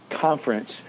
conference